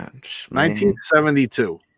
1972